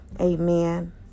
Amen